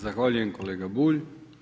Zahvaljujem kolega Bulj.